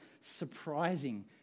surprising